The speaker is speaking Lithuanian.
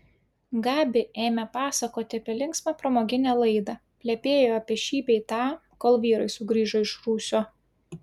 gabi ėmė pasakoti apie linksmą pramoginę laidą plepėjo apie šį bei tą kol vyrai sugrįžo iš rūsio